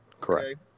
Correct